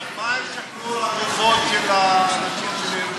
מה עם שחרור הגופות של האנשים שנהרגו?